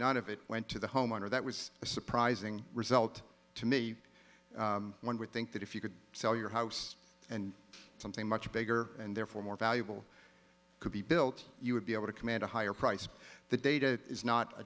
none of it went to the homeowner that was a surprising result to me one would think that if you could sell your house and something much bigger and therefore more valuable could be built you would be able to command a higher price the data is not a